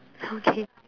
okay